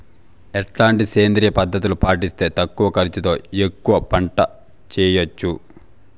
ఎట్లాంటి సేంద్రియ పద్ధతులు పాటిస్తే తక్కువ ఖర్చు తో ఎక్కువగా పంట చేయొచ్చు?